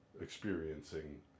experiencing